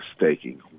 mistaking